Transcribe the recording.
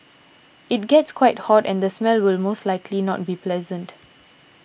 it gets quite hot and the smell will most likely not be pleasant